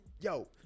Yo